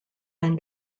then